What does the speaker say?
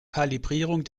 kalibrierung